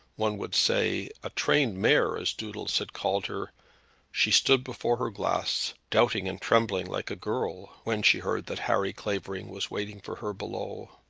one would say a trained mare as doodles had called her she stood before her glass doubting and trembling like a girl, when she heard that harry clavering was waiting for her below.